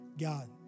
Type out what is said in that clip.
God